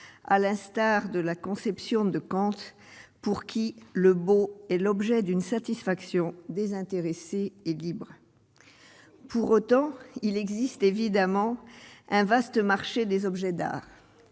à l'instar de la conception de comptes pour qui le beau et l'objet d'une satisfaction désintéressée et libre, pour autant il existe évidemment un vaste marché des objets d'art